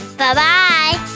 bye-bye